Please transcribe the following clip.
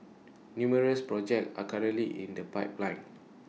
numerous projects are currently in the pipeline